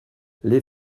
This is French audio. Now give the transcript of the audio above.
les